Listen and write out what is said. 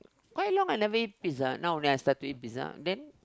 quite long I never eat pizza now then I start to eat pizza then